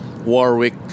Warwick